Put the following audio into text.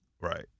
right